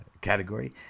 category